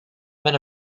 met